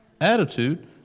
Attitude